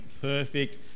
perfect